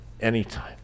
anytime